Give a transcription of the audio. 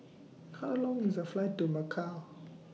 How Long IS The Flight to Macau